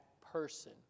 person